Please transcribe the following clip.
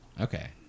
Okay